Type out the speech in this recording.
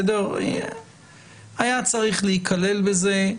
היה צריך להיכלל בזה,